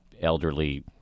elderly